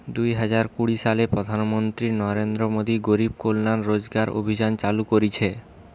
দুই হাজার কুড়ি সালে প্রধান মন্ত্রী নরেন্দ্র মোদী গরিব কল্যাণ রোজগার অভিযান চালু করিছে